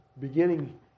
beginning